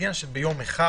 זה עניין של יום אחד,